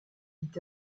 dit